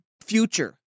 future